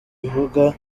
kibuga